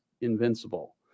invincible